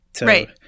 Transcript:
Right